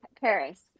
Paris